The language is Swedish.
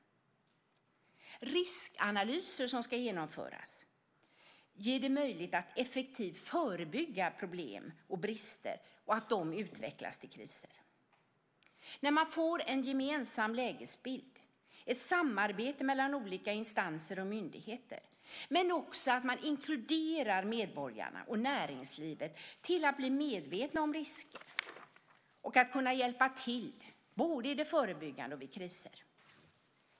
De riskanalyser som genomförs gör det möjligt att effektivt förebygga problem och brister så att dessa inte utvecklas till kriser. Genom att vi får en gemensam lägesbild och ett samarbete mellan olika instanser och myndigheter samt genom att inkludera medborgarna och näringslivet till att bli medvetna om risker kan alla hjälpa till både i det förebyggande arbetet och vid kriser.